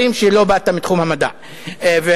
רואים שלא באת מתחום המדע והרפואה.